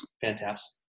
fantastic